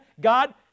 God